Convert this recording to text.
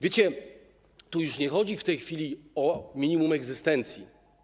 Wiecie, że tu już nie chodzi w tej chwili o minimum egzystencji.